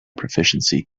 proficiency